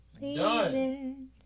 Leaving